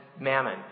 mammon